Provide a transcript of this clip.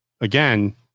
again